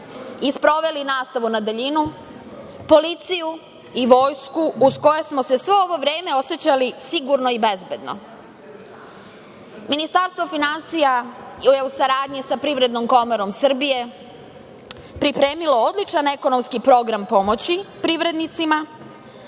i sproveli nastavu na daljinu, policiju i vojsku, uz koje smo se svo ovo vreme osećali sigurno i bezbedno. Ministarstvo finansija je u saradnji sa Privrednom komorom Srbije pripremilo odličan ekonomski program pomoći privrednicima,